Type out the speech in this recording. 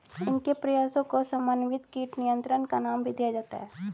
इनके प्रयासों को समन्वित कीट नियंत्रण का नाम भी दिया जाता है